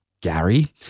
Gary